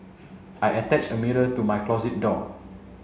I attached a mirror to my closet door